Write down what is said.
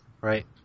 Right